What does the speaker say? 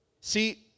See